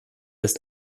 ist